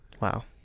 wow